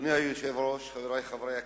אדוני היושב-ראש, חברי חברי הכנסת,